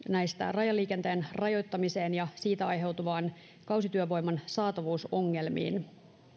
rajaliikenteen rajoittamiseen ja siitä aiheutuviin kausityövoiman saatavuusongelmiin